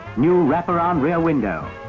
new wraparound rear window.